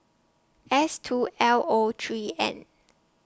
S two L O three N